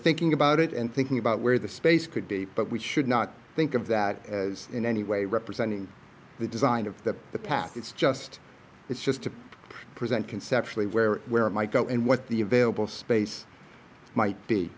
thinking about it and thinking about where the space could be but we should not think of that as in any way representing the design of that the path it's just it's just to present conceptually where where it might go and what the available space might be